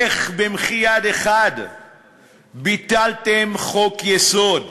איך במחי יד ביטלתם חוק-יסוד?